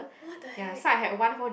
what the heck